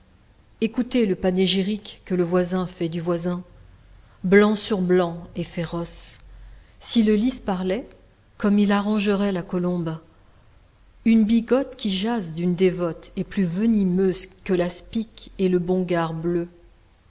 écoutez le panégyrique que le voisin fait du voisin blanc sur blanc est féroce si le lys parlait comme il arrangerait la colombe une bigote qui jase d'une dévote est plus venimeuse que l'aspic et le bongare bleu